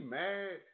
mad